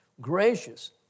gracious